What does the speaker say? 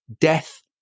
death